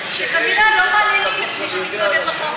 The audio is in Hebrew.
שכנראה לא מעניינים את מי שמתנגד לחוק.